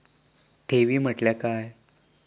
ठेवी म्हटल्या काय?